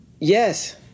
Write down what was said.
yes